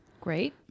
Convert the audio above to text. great